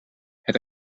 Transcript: het